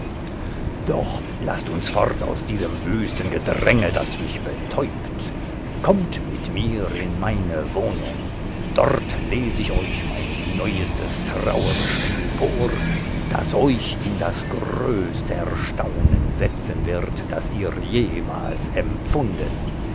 doch laßt uns fort aus diesem wüsten gedränge das mich betäubt kommt mit mir in meine wohnung dort les ich euch mein neuestes trauerspiel vor das euch in das größte erstaunen setzen wird das ihr jemals empfunden